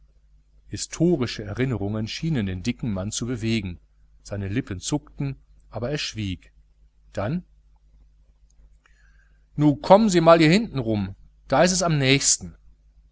historische erinnerungen schienen den dicken mann zu bewegen seine lippen zuckten aber er schwieg dann nu kommen sie man hier hinten rum da ist es am nächsten